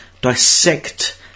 dissect